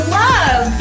love